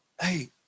hey